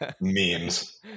memes